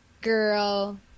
girl